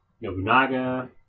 Nobunaga